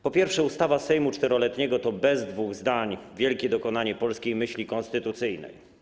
Po pierwsze, ustawa Sejmu Czteroletniego to bez dwóch zdań wielkie dokonanie polskiej myśli konstytucyjnej.